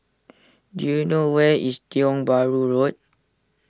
do you know where is Tiong Bahru Road